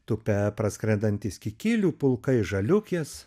tupia praskrendantys kikilių pulkai žaliukės